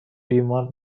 بیمار